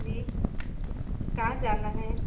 जी कहाँ जाना है